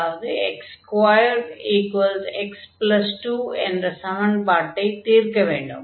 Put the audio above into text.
அதாவது x2 x2 என்ற சமன்பாட்டைத் தீர்க்க வேண்டும்